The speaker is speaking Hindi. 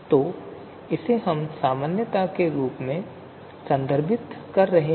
तो इसे हम सामान्यता के रूप में संदर्भित कर रहे हैं